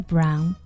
Brown